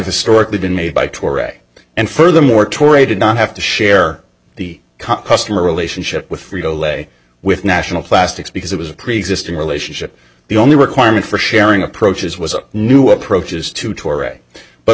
historically been made by toerag and furthermore tour did not have to share the customer relationship with frito lay with national plastics because it was a preexisting relationship the only requirement for sharing approaches was a new approaches to tori but